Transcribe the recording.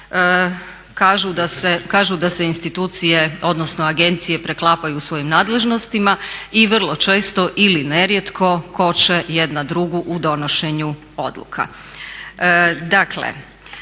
Kažu da se institucije, odnosno agencije preklapaju u svojim nadležnostima i vrlo često ili nerijetko koče jedna drugu u donošenju odluka.